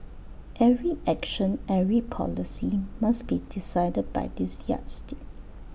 every action every policy must be decided by this yardstick